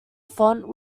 font